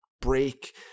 break